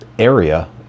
Area